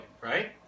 right